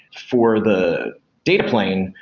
for the data plane,